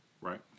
Right